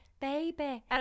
Baby